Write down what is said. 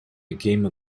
became